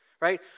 right